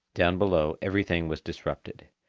down below everything was disrupted.